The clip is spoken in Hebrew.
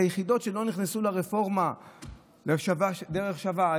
הן היחידות שלא נכנסו לרפורמה דרך שווה.